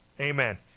Amen